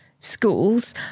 Schools